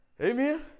Amen